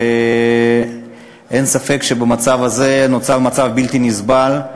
אין ספק שנוצר מצב בלתי נסבל,